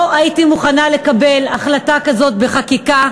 לא הייתי מוכנה לקבל החלטה כזאת בחקיקה.